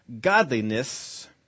Godliness